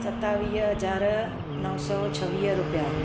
सतावीअ हज़ार नव सौ छवीह रूपिया